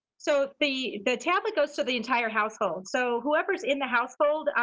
so the the tablet goes to the entire household. so whoever's in the household,